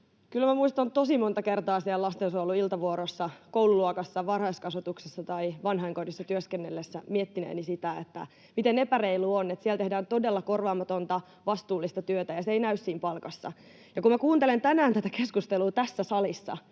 Kyllä minä muistan tosi monta kertaa siellä lastensuojelun iltavuorossa, koululuokassa, varhaiskasvatuksessa ja vanhainkodissa työskennellessäni miettineeni sitä, miten epäreilua on, että siellä tehdään todella korvaamatonta, vastuullista työtä ja se ei näy siinä palkassa. Ja kun minä kuuntelen tänään tätä keskustelua tässä salissa,